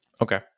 Okay